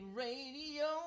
radio